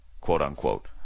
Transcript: quote-unquote